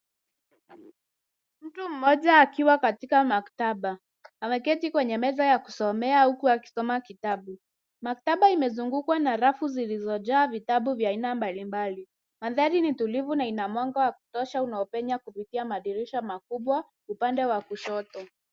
Mtu mmoja akiwa katika maktba. Ameketi kwenye meza ya kusomea huku akisoma kitabu . Maktaba imezungukwa na rafu zilizojaa vitabu vya aina mbalimbali .Mandhari ni tulivu na ina mwanga wa kutosha unaopenya kupitia madirisha makubwa upande wa kushoto.